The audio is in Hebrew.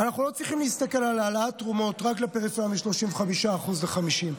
אנחנו לא צריכים להסתכל על העלאת תרומות רק לפריפריה מ-35% ל-50%.